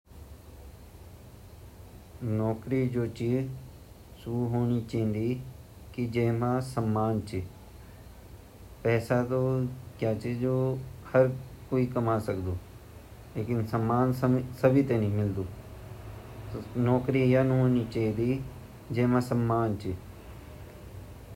हम जु भी नौकरी कन लगया छिन हम वे नौकरी प्रति ईमानदार वेते अर मेहनती वेते नौकरी कार्ला ता ऊ भोत आदर्श नौकरी मणि जाली आ चाहे उ नौकरी छोटी ची आ चाहे उ नौकरी बड़ी ची वे नौकरी ते ही हम आदर्श मण्डला चाहे वू क्वे भी फिलेड माँ ची।